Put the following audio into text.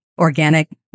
organic